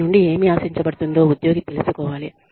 వారి నుండి ఏమి ఆశించబడుతుందో ఉద్యోగి తెలుసుకోవాలి